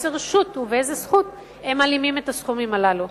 באיזו רשות ובאיזו זכות הם מלאימים את הסכומים הללו?